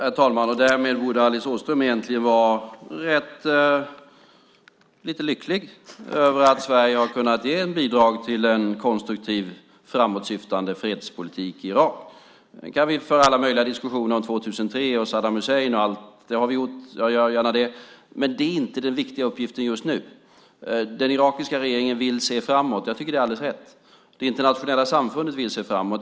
Herr talman! Därmed borde Alice Åström egentligen vara lite lycklig över att Sverige har kunnat ge ett bidrag till en konstruktiv, framåtsyftande fredspolitik i Irak. Sedan kan vi föra diskussioner om 2003 och Saddam Hussein. Det har vi gjort, och jag gör gärna det. Men det är inte den viktiga uppgiften just nu. Den irakiska regeringen vill se framåt. Jag tycker att det är alldeles rätt. Det internationella samfundet vill se framåt.